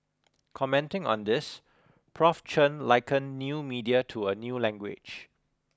commenting on this Prof Chen liken new media to a new language